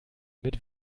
mit